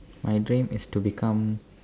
my dream is to become